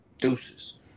deuces